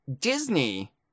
Disney